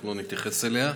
אנחנו לא נתייחס אליה.